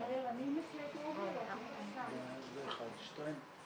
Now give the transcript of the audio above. גייסו בזמן הקצר הזה כדי כל אחד לתת את